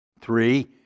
Three